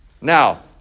Now